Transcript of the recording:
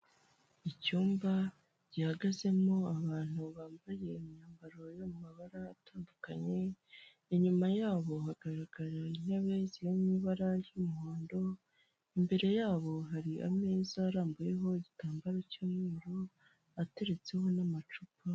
Icyumba gihagazemo abantu bambaye imyambaro yo mu mabara atandukanye, inyuma yabo hagaragara intebe ziri mu ibara ry'umuhondo, imbere yabo hari ameza arambuyeho igitambaro cy'umweruru ateretseho n'amacupa.